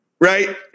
right